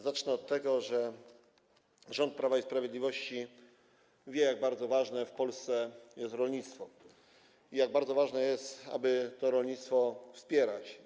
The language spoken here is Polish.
Zacznę od tego, że rząd Prawa i Sprawiedliwości wie, jak bardzo ważne w Polsce jest rolnictwo i jak bardzo ważne jest, aby to rolnictwo wspierać.